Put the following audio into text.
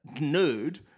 nude